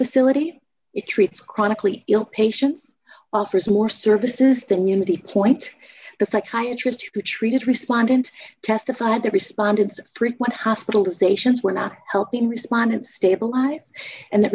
facility it treats chronically ill patients offers more services than unity point a psychiatrist who treated respondent testified they responded frequent hospitalizations were not helping responded stabilize and that